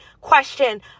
question